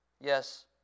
Yes